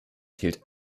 hielt